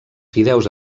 fideus